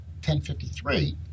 1053